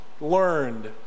learned